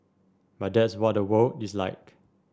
but that's what the world is like